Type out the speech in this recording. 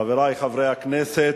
חברי חברי הכנסת,